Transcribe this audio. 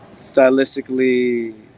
Stylistically –